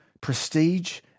prestige